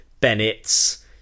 Bennett's